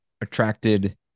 attracted